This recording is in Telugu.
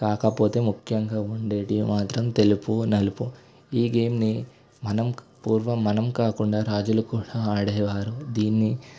కాకపోతే ముఖ్యంగా ఉండేవి మాత్రం తెలుపు నలుపు ఈ గేమ్ని మనం పూర్వం మనం కాకుండా రాజులు కూడా ఆడేవారు దీన్ని